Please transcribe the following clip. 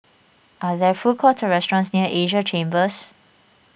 are there food courts or restaurants near Asia Chambers